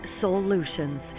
Solutions